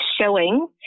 showing